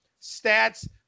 stats